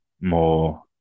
more